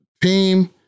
Team